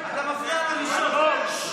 להביא את המגוון של הדעות של הציבור הישראלי